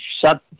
shut